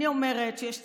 אני אומרת שיש צדק.